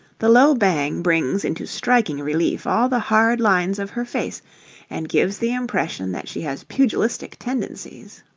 the low bang brings into striking relief all the hard lines of her face and gives the impression that she has pugilistic tendencies.